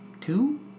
two